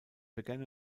began